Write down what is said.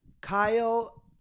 Kyle